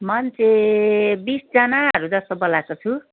मान्छे बिसजनाहरू जस्तो बोलाएको छु